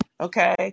okay